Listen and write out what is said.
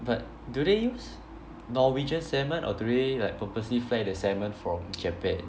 but do they use Norwegian salmon or do they like purposely fly the salmon from Japan